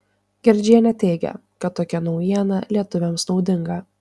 girdžienė teigia kad tokia naujiena lietuviams naudinga